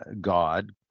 god